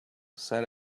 sat